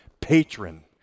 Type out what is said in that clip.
patron